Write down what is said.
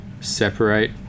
separate